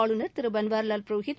ஆளுநர் திரு பன்வாரிலால் புரோஹித்